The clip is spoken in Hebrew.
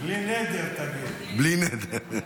תגיד: בלי נדר.